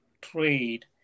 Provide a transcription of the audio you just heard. trade